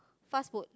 fast food